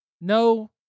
no